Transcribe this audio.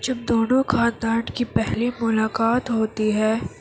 جب دونوں خاندان کی پہلی ملاقات ہوتی ہے